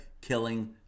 killing